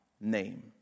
name